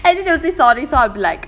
and then they'll say sorry so I'll be like